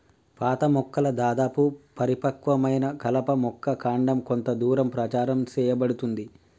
పాత మొక్కల దాదాపు పరిపక్వమైన కలప యొక్క కాండం కొంత దూరం ప్రచారం సేయబడుతుంది